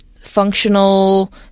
functional